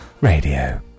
Radio